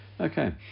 Okay